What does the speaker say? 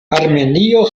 armenio